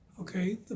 Okay